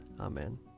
amen